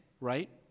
right